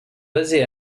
basés